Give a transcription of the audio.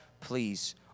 please